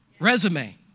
Resume